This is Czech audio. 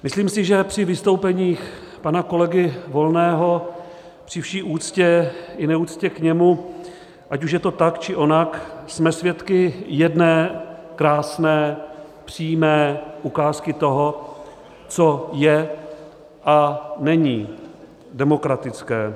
Myslím si, že při vystoupeních pana kolegy Volného při vší úctě i neúctě k němu, ať už je to tak, či onak jsme svědky jedné krásné přímé ukázky toho, co je a není demokratické.